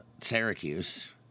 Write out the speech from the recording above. Syracuse